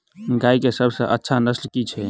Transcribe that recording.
गाय केँ सबसँ अच्छा नस्ल केँ छैय?